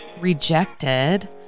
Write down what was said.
rejected